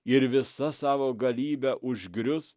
ir visa savo galybe užgrius